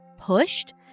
pushed